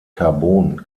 carbon